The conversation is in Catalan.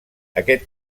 aquest